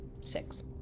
six